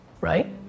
Right